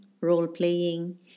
role-playing